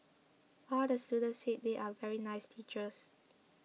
all the students said they are very nice teachers